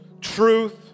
truth